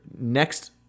next